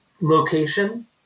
location